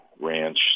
ranch